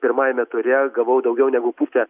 pirmajame ture gavau daugiau negu pusę